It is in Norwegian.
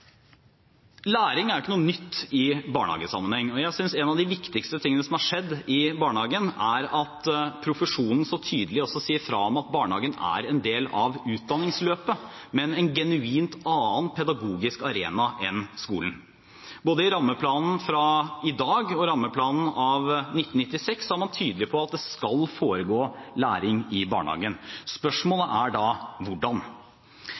Læring er ikke noe nytt i barnehagesammenheng, og jeg synes en av de viktigste tingene som har skjedd i barnehagen, er at profesjonen så tydelig sier fra om at barnehagen er en del av utdanningsløpet, men en genuint annen pedagogisk arena enn skolen. Både i dagens rammeplan og i rammeplanen av 1996 er man tydelig på at det skal foregå læring i barnehagen. Spørsmålet er da hvordan.